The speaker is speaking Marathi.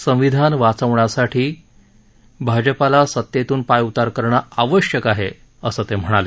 संविधान वाचवण्यासाठी तर भाजपाला सतेतृन पायउतार करणं आवश्यक आहे असं ते म्हणाले